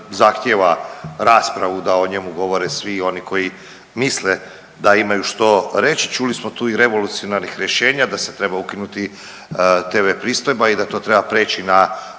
zahtijeva raspravu da o njemu govore svi oni koji misle da imaju što reć, čuli smo tu i revolucionarnih rješenja da se treba ukinuti tv pristojba i da to treba prijeći na